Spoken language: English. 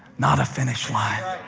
not a finish line?